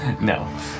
No